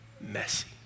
messy